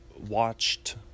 watched